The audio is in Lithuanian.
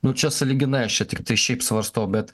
nu čia sąlyginai aš čia tiktai šiaip svarstau bet